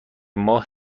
ماه